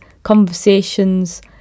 conversations